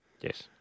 Yes